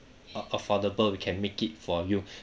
uh affordable we can make it for you